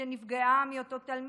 שנפגעו מאותו תלמיד,